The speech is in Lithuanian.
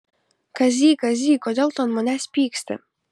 kazy kazy kodėl tu ant manęs pyksti